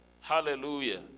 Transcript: Hallelujah